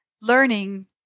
learning